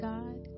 God